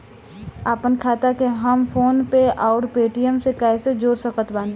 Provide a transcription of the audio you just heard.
आपनखाता के हम फोनपे आउर पेटीएम से कैसे जोड़ सकत बानी?